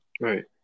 Right